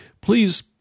please